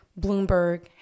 Bloomberg